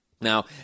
Now